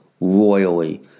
royally